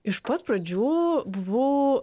iš pat pradžių buvau